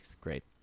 Great